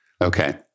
Okay